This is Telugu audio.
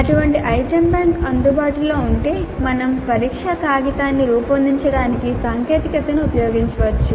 అటువంటి ఐటెమ్ బ్యాంక్ అందుబాటులో ఉంటే మేము పరీక్షా కాగితాన్ని రూపొందించడానికి సాంకేతికతను ఉపయోగించవచ్చు